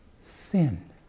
Sin